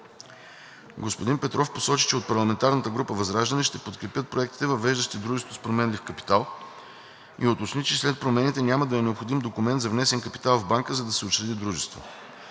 Господин Петър Петров посочи, че от парламентарната група на ВЪЗРАЖДАНЕ ще подкрепят проектите, въвеждащи дружеството с променлив капитал, и уточни, че след промените няма да е необходим документ за внесен капитал в банка, за да се учреди дружество.